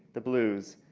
the blues,